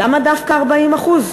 למה דווקא 40%?